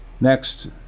next